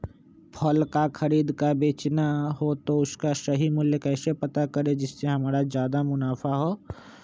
फल का खरीद का बेचना हो तो उसका सही मूल्य कैसे पता करें जिससे हमारा ज्याद मुनाफा हो?